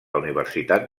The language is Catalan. universitat